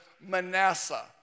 Manasseh